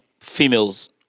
females